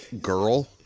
Girl